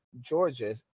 Georgia